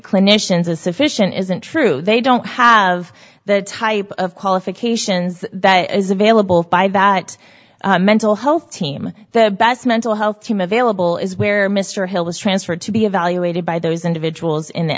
clinicians is sufficient isn't true they don't have that type of qualifications that is available by that mental health team the best mental health team available is where mr hill was transferred to be evaluated by those individuals in the